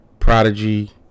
prodigy